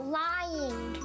lying